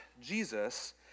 Jesus